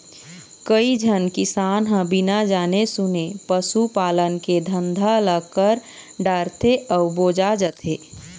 कइझन किसान ह बिना जाने सूने पसू पालन के धंधा ल कर डारथे अउ बोजा जाथे